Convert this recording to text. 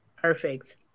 Perfect